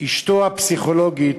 אשתו הפסיכולוגית,